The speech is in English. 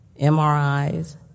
MRIs